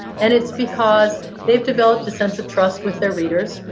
and it's because they've developed a sense of trust with their readers,